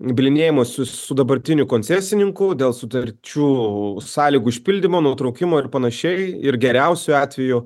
bylinėjimosi su dabartiniu koncesininku dėl sutarčių sąlygų išpildymo nutraukimo ir panašiai ir geriausiu atveju